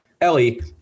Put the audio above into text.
Ellie